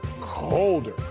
colder